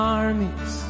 armies